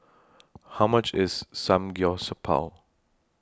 How much IS Samgyeopsal